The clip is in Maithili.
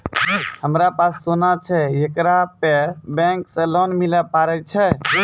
हमारा पास सोना छै येकरा पे बैंक से लोन मिले पारे छै?